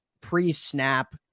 pre-snap